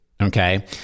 Okay